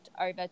over